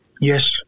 Yes